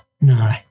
No